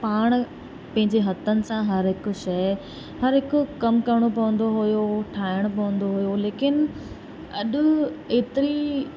पाण पंहिंजे हथनि सां हर हिकु शइ हर हिकु कम करिणो पवंदो हुओ ठाहिणु पवंदो हुओ लेकिन अॼु एतिरी